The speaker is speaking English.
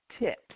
tips